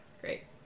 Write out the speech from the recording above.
great